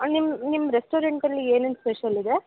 ನಿಮ್ಮ ನಿಮ್ಮ ರೆಸ್ಟೋರೆಂಟಲ್ಲಿ ಏನೇನು ಸ್ಪೆಷಲ್ ಇದೆ